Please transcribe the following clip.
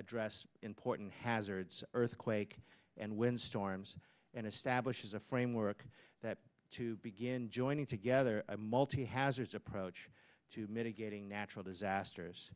address important hazards earthquake and wind storms and establishes a framework that to begin joining together multi hazards approach to mitigating natural disasters